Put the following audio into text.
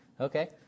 Okay